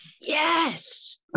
Yes